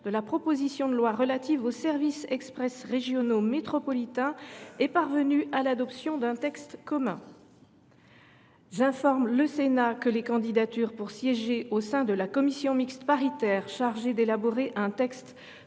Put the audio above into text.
de la proposition de loi relative aux services express régionaux métropolitains est parvenue à l’adoption d’un texte commun. J’informe le Sénat que des candidatures pour siéger au sein de la commission mixte paritaire chargée d’élaborer un texte